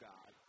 God